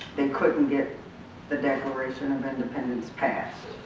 they couldn't get the declaration of independence passed.